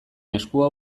eskua